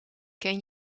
ken